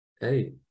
hey